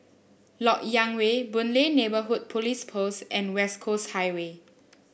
LoK Yang Way Boon Lay Neighbourhood Police Post and West Coast Highway